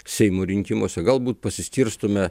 seimo rinkimuose galbūt pasiskirstome